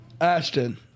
Ashton